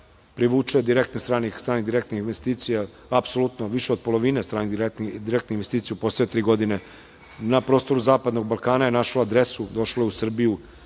privuče stranih direktnih investicija, apsolutno više od polovine stranih direktnih investicija u poslednje tri godine. Na prostoru Zapadnog Balkana je našlo adresu, došlo je u Srbiju